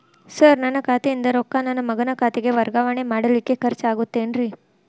Sir ನನ್ನ ಖಾತೆಯಿಂದ ರೊಕ್ಕ ನನ್ನ ಮಗನ ಖಾತೆಗೆ ವರ್ಗಾವಣೆ ಮಾಡಲಿಕ್ಕೆ ಖರ್ಚ್ ಆಗುತ್ತೇನ್ರಿ?